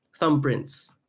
thumbprints